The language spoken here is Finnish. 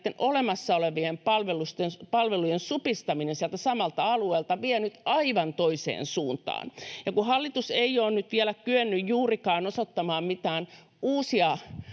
näitten olemassa olevien palvelujen supistaminen sieltä samalta alueelta vie nyt aivan toiseen suuntaan. Ja kun hallitus ei ole nyt vielä kyennyt juurikaan osoittamaan mitään uusia